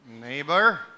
Neighbor